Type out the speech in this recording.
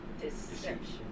Deception